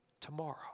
Tomorrow